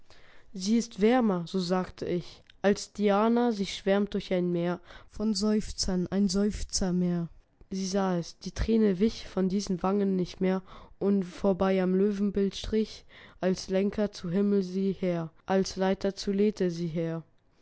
sie ist wärmer so sagte ich als diana sie schwärmt durch ein meer von seufzern ein seufzermeer sie sah es die träne wich von diesen wangen nicht mehr und vorbei am löwenbild strich als lenker zu himmeln sie her als leiter zu lethe sie her